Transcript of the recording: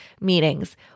meetings